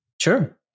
Sure